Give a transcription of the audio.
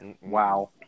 Wow